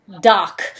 Doc